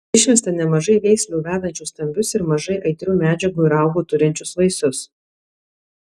išvesta nemažai veislių vedančių stambius ir mažai aitrių medžiagų ir raugų turinčius vaisius